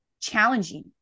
challenging